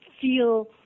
feel